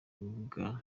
bwa